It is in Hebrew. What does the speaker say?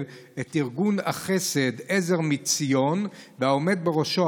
את ארגון החסד עזר מציון ואת העומד בראשו,